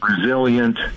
resilient